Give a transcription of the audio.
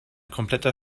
kompletter